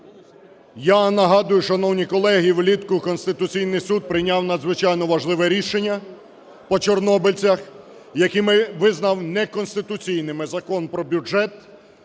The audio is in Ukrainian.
Я нагадую, шановні колеги, влітку Конституційний Суд прийняв надзвичайно важливе рішення по чорнобильцях, яким визнав неконституційними Закон про бюджет,